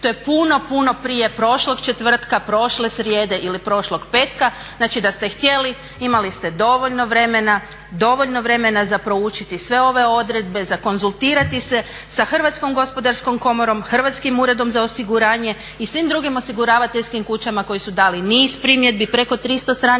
To je puno, puno prije prošlog četvrtka, prošle srijede ili prošlog petka. Znači da ste htjeli imali ste dovoljno vremena za proučiti sve ove odredbe, za konzultirati se sa Hrvatskom gospodarskom komorom, Hrvatskim uredom za osiguranje i svim drugim osiguravateljskim kućama koje su dale niz primjedbi, preko 300 stranica